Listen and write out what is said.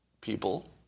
people